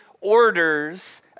orders